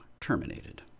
terminated